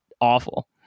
awful